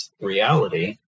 reality